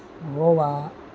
Goa